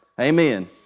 Amen